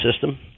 system